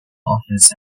office